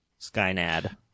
Skynad